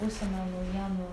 užsienio naujienų